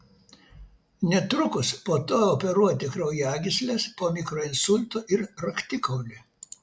netrukus po to operuoti kraujagysles po mikroinsulto ir raktikaulį